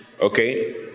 Okay